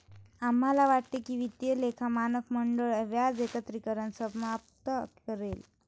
आम्हाला वाटते की वित्तीय लेखा मानक मंडळ व्याज एकत्रीकरण समाप्त करेल